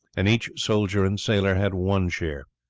and each soldier and sailor had one share.